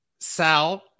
Sal